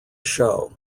show